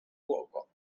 fuoco